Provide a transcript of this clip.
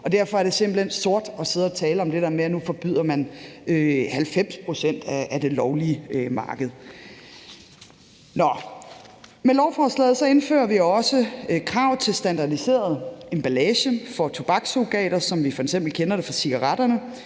Derfor er det simpelt hen sort at sidde og tale om det der med, at man nu forbyder 90 pct. af det lovlige marked. Nå. Med lovforslaget indfører vi for det første krav til standardiseret emballage for tobakssurrogater, som vi f.eks. kender det fra cigaretterne,